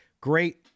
great